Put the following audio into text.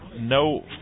no